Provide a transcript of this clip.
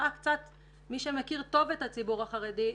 מי שמכיר טוב את הציבור החרדי,